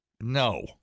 no